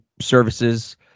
services